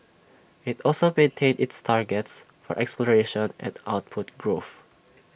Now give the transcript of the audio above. IT also maintained its targets for exploration and output growth